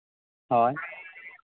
ᱦᱳᱭ